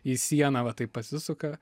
į sieną va taip pasisuka